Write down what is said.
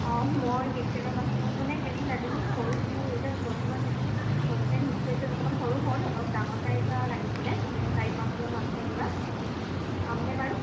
অঁ মই কিটচেনৰ বাচন মানে হেৰি লাগে মোক সৰু এতিয়া বৰ্তমান যিটো চচপেন ইউজ কৰিছোঁ সেইটো অকণমান সৰু হ'ল অলপ ডাঙৰ চাই এটা লাগিছিলে মানে চাৰি পাঁচজন মানুহে জোৰা পামনে বাৰু